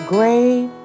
Great